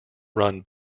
run